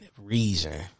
reason